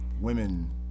women